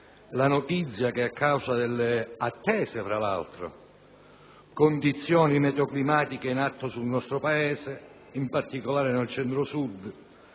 la notizia che, a causa delle - attese, fra l'altro - condizioni meteoclimatiche in atto nel nostro Paese, in particolare nel Centro‑Sud,